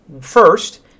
First